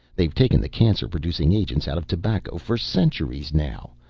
they've taken the cancer-producing agents out of tobacco for centuries now.